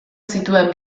zituen